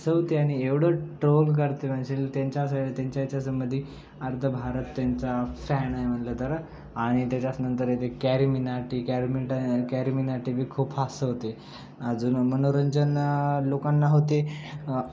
असं होते आणि एवढं ट्रोल करते म्हणजे त्यांच्या अस त्यांच्या याच्यासंबंधी अर्ध भारत त्यांचा फॅन आहे म्हटलं तर आणि त्याच्यानंतर येथे कॅरी मिनाटी कॅरमिंटन कॅरी मिनाटीही खूप हास होते अजून मनोरंजन लोकांना होते